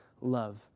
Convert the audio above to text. love